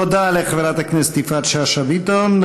תודה לחברת הכנסת יפעת שאשא ביטון.